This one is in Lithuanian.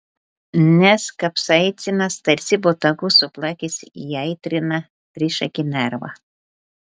nes kapsaicinas tarsi botagu suplakęs įaitrina trišakį nervą